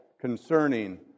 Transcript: concerning